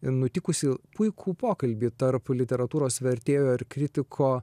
nutikusį puikų pokalbį tarp literatūros vertėjo ir kritiko